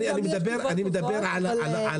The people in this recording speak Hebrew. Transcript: אבל --- אני מדבר על העיקרון.